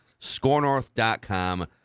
Scorenorth.com